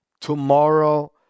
tomorrow